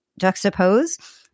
juxtapose